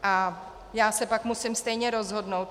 A já se pak musím stejně rozhodnout.